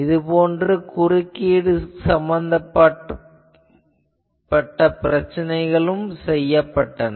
இது போன்று குறுக்கீடு சம்பந்தமான பிரச்சனைகள் செய்யப்பட்டன